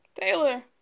Taylor